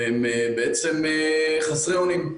והם בעצם חסרי אונים.